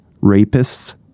rapists